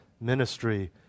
ministry